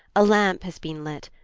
a lamp has been lit,